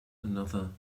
another